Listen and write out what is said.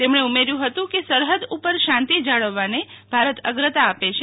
તેમણે ઉમેર્યું હતું કે સરહદ ઉપર શાંતિ જાળવવાને ભારત અગ્રતા આપે છે